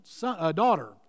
daughter